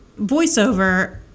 voiceover